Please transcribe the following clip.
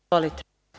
Izvolite.